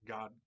God